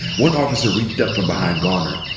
one officer reached up from behind garner,